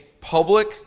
public